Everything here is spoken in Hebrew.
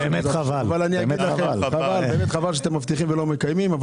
באמת חבל שאתם מבטיחים ולא מקיימים אבל